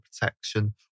protection